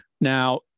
Now